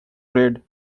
red